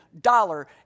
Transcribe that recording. dollar